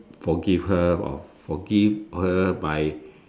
forgive her or forgive her by